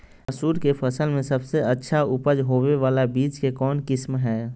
मसूर के फसल में सबसे अच्छा उपज होबे बाला बीज के कौन किस्म हय?